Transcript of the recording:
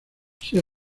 sea